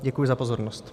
Děkuji za pozornost.